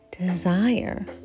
Desire